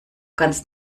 ganz